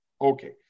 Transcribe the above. Okay